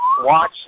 watch